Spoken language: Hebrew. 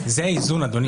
זה האיזון, אדוני.